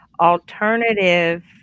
alternative